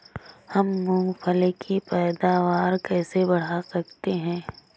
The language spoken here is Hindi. हम मूंगफली की पैदावार कैसे बढ़ा सकते हैं?